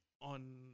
on